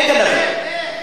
אין גנבים.